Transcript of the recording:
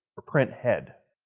or printhead.